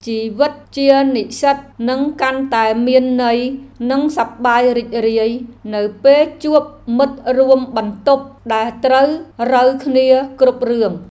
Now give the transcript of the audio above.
ជីវិតជានិស្សិតនឹងកាន់តែមានន័យនិងសប្បាយរីករាយនៅពេលជួបមិត្តរួមបន្ទប់ដែលត្រូវរ៉ូវគ្នាគ្រប់រឿង។